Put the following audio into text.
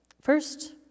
First